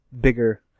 bigger